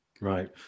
Right